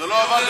בעד,